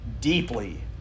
deeply